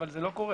אבל זה לא קורה.